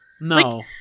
no